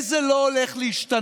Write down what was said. וזה לא הולך להשתנות.